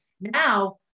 Now